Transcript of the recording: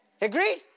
Agreed